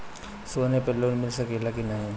सोना पे लोन मिल सकेला की नाहीं?